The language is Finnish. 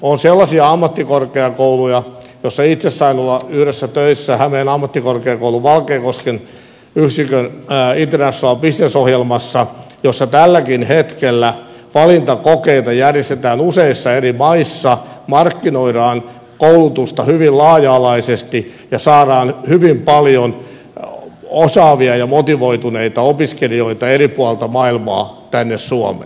on sellaisia ammattikorkeakouluja ja itse sain olla yhdessä töissä hämeen ammattikorkeakoulun valkeakosken yksikön international business ohjelmassa jossa tälläkin hetkellä valintakokeita järjestetään useissa eri maissa markkinoidaan koulutusta hyvin laaja alaisesti ja saadaan hyvin paljon osaavia ja motivoituneita opiskelijoita eri puolilta maailmaa tänne suomeen